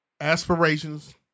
aspirations